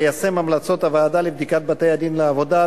ליישם את המלצות הוועדה לבדיקת בתי-הדין לעבודה,